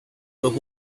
with